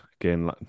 Again